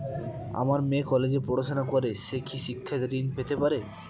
আমার মেয়ে কলেজে পড়াশোনা করে সে কি শিক্ষা ঋণ পেতে পারে?